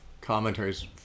commentaries